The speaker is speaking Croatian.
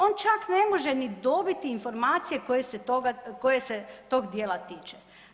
On čak ne može niti dobiti informacije koje se tog dijela tiče.